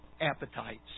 appetites